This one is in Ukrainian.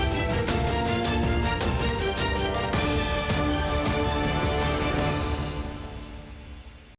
дякую.